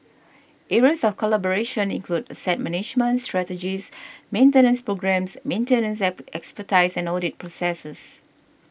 areas of collaboration include asset management strategies maintenance programmes maintenance expertise and audit processes